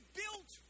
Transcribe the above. built